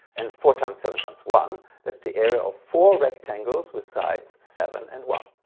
and four times seven times one that's the area of four rectangles with sides seven and one.